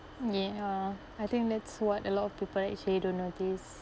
ya I think that's what a lot of people actually don't notice